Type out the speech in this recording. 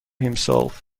himself